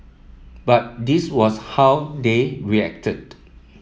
but this was how they reacted